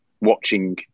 watching